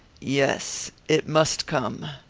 yes. it must come.